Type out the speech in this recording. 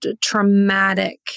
traumatic